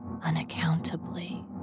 Unaccountably